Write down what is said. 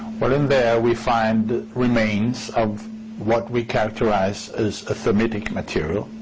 well, in there we find remains of what we characterize as thermitic material.